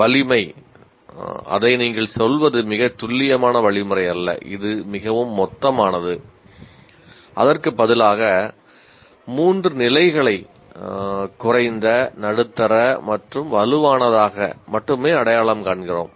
வலிமை அதை நீங்கள் சொல்வது மிகச் துல்லியமான வழிமுறை அல்ல இது மிகவும் மொத்தமானது அதற்கு பதிலாக 3 நிலைகளை குறைந்த நடுத்தர மற்றும் வலுவானதாக மட்டுமே அடையாளம் காண்கிறோம்